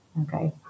Okay